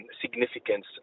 significance